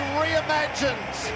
reimagined